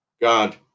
God